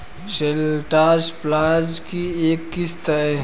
shallots, प्याज की एक किस्म है